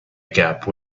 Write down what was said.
gap